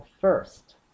first